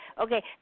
Okay